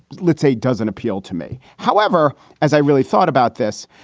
let's say, doesn't appeal to me. however, as i really thought about this,